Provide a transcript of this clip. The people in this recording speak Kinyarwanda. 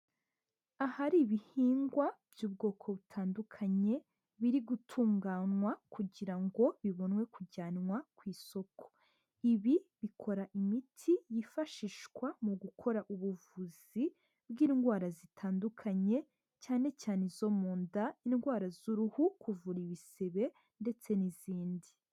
Ahari ibihingwa by'ubwoko butandukanye, biri gutunganywa kugira ngo bibonwe kujyanwa ku isoko. Ibi bikora imiti yifashishwa mu gukora ubuvuzi bw'indwara zitandukanye, cyane cyane izo mu nda, indwara z'uruhu, kuvura ibisebe ndetse n'izindi.